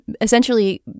Essentially